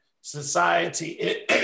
society